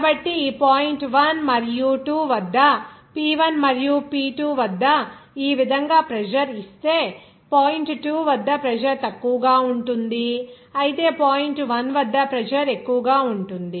కాబట్టి ఈ పాయింట్ 1 మరియు 2 వద్ద P 1 మరియు P 2 వద్ద ఈ విధంగా ప్రెజర్ ఇస్తే పాయింట్ 2 వద్ద ప్రెజర్ తక్కువగా ఉంటుంది అయితే పాయింట్ 1 వద్ద ప్రెజర్ ఎక్కువగా ఉంటుంది